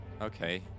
Okay